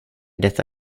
detta